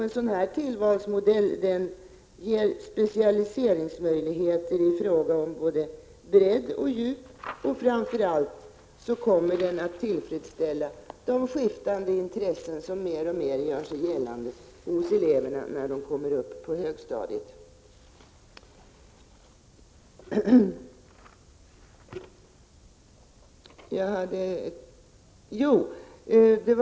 En sådan här tillvalsmodell ger möjligheter till specialisering, på både bredden och djupet. Men framför allt kommer den att tillmötesgå de skiftande intressen som mer och mer gör sig gällande hos eleverna när dessa kommer upp på högstadiet.